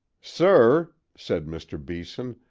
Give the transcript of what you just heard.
sir, said mr. beeson,